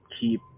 keep